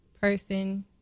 person